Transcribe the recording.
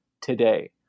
today